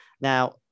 now